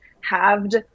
halved